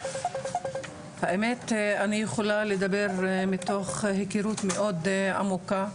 האמת אני יכולה לדבר מתוך היכרות מאוד עמוקה,